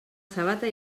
sabata